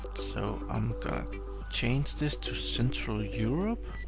so, i'm gonna change this to central europe,